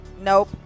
Nope